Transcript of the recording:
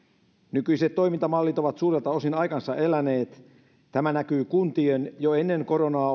nykyiset toimintamallit ovat suurelta osin aikansa eläneet tämä näkyy kuntien jo koronaa